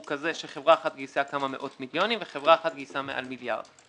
כזה שחברה אחת גייסה כמה מאות מיליונים וחברה אחת גייסה מעל מיליארד.